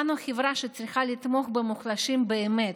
אנו חברה שצריכה לתמוך במוחלשים באמת,